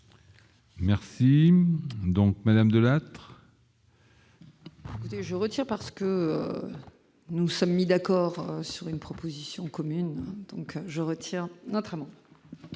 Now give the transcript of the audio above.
Merci donc madame Delattre. Je retiens parce que nous sommes mis d'accord sur une proposition commune, donc je retiens notamment.